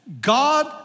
God